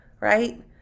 right